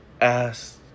asked